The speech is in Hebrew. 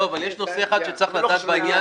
לא חשוב,